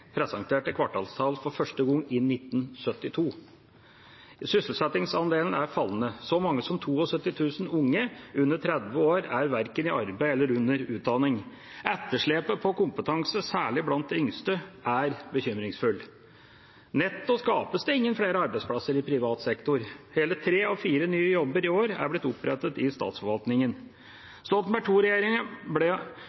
presenterte kvartalstall for første gang i 1972. Sysselsettingsandelen er fallende. Så mange som 72 000 unge under 30 år er verken i arbeid eller under utdanning. Etterslepet på kompetanse, særlig blant de yngste, er bekymringsfullt. Netto skapes det ingen flere arbeidsplasser i privat sektor. Hele tre av fire nye jobber i år er blitt opprettet i statsforvaltningen.